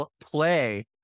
play